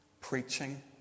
preaching